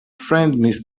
friend